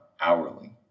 hourly